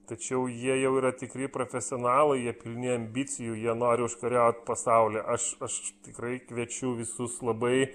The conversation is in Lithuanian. tačiau jie jau yra tikri profesionalai jie pilni ambicijų jie nori užkariaut pasaulį aš aš tikrai kviečiu visus labai